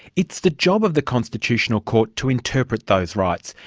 it's the job of the constitutional court to interpret those rights,